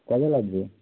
কবে লাগবে